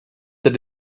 that